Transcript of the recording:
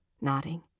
nodding